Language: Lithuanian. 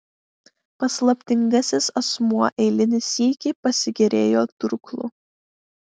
paslaptingasis asmuo eilinį sykį pasigėrėjo durklu